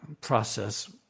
process